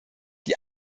die